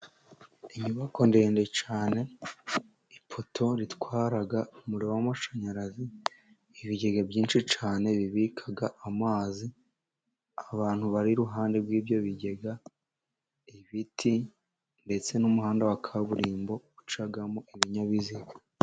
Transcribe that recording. Inyubako ndende cyane, ipoto ritwara umuriro w'amashanyarazi, ibigega byinshi cyane bibika amazi, abantu bari iruhande rw'ibyo bigega, ibiti ndetse n'umuhanda wa kaburimbo, ucamo ibinyabiziga.